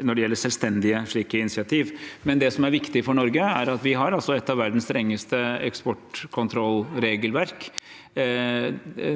når det gjelder slike selvstendige initiativ. Det som er viktig for Norge, er at vi har et av verdens strengeste eksportkontrollregelverk.